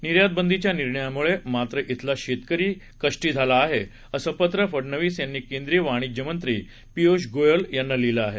निर्यातबंदीच्या निर्णयामुळे मात्र इथला शेतकरी कष्टी झाला आहे असं पत्र फडनवीस यांनी केंद्रीय वाणिज्य मंत्री पियुष गोयल यांना लिहिलं आहे